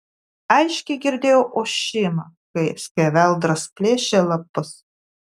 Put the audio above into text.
aiškiai girdėjau ošimą kai skeveldros plėšė lapus